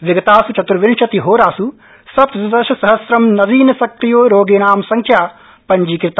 विगतास् चतुर्विशतिहोरासुसप्तदशसहस्रं नवीन सक्रियरोगिणांसंख्या पंजीकृता